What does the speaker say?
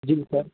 जी sir